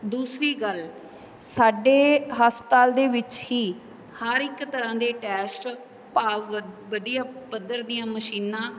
ਦੂਸਰੀ ਗੱਲ ਸਾਡੇ ਹਸਪਤਾਲ ਦੇ ਵਿੱਚ ਹੀ ਹਰ ਇੱਕ ਤਰ੍ਹਾਂ ਦੇ ਟੈਸਟ ਭਾਵ ਵਧੀਆ ਪੱਧਰ ਦੀਆਂ ਮਸ਼ੀਨਾਂ